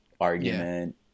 argument